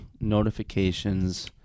Notifications